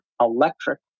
electric